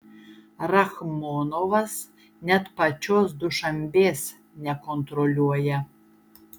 rachmonovas net pačios dušanbės nekontroliuoja